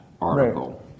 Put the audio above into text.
article